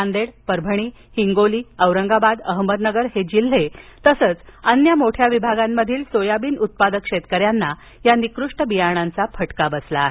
नांदेड परभणी हिंगोली औरंगाबाद अहमदनगर हे जिल्हे तसेच अन्य मोठ्या विभागांमधील सोयाबीन उत्पादक शेतकऱ्यांना या निकृष्ट बियाणांचा फटका बसला आहे